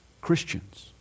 Christians